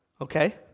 Okay